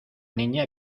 niña